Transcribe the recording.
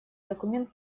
документ